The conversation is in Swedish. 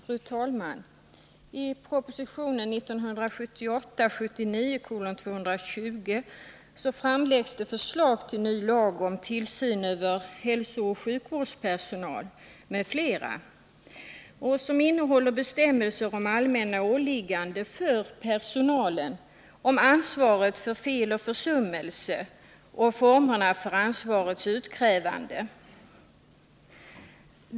Fru talman! I propositionen 1978/79:220 framläggs förslag om ny lag om tillsyn över hälsooch sjukvårdspersonal m.fl., som innehåller bestämmelser om allmänna åligganden för personalen, om ansvaret för fel och försummelse och formerna för ansvarets utkrävande.